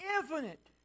infinite